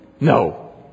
No